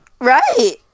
right